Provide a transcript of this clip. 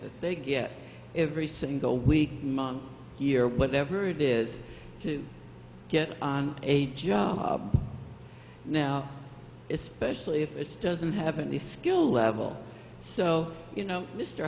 they get every single week month year whatever it is to get on a job now especially if it's doesn't have any skill level so you know mr